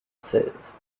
seize